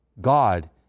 God